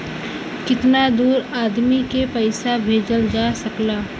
कितना दूर आदमी के पैसा भेजल जा सकला?